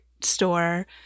store